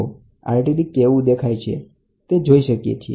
તો RTD કેવું દેખાય છે તે જોઈ શકીએ છીએ